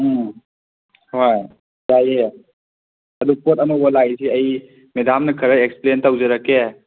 ꯎꯝ ꯍꯣꯏ ꯌꯥꯏꯌꯦ ꯑꯗꯨ ꯄꯣꯠ ꯑꯅꯧꯕ ꯂꯥꯛꯏꯁꯤ ꯑꯩ ꯃꯦꯗꯥꯝꯗ ꯈꯔ ꯑꯦꯛꯁꯄ꯭ꯂꯦꯟ ꯇꯧꯖꯔꯛꯀꯦ